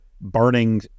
Burning